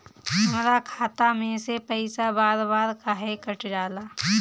हमरा खाता में से पइसा बार बार काहे कट जाला?